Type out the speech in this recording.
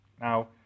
Now